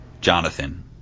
Jonathan